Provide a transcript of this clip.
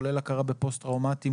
כולל הכרה בפוסט טראומטיים,